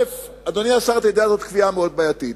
אדוני השר, אתה יודע שזאת קביעה מאוד בעייתית.